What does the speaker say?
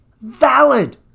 valid